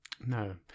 No